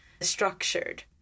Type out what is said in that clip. structured